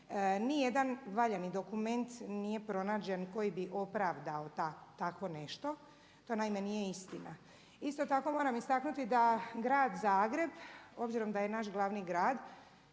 ni jedan valjani dokument nije pronađen koji bi opravdao tako nešto, to naime nije istina. Isto tako moram istaknuti da grad Zagreb, obzirom da je naš glavni grad